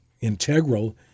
integral